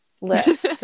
list